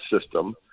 system